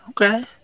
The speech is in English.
Okay